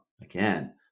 again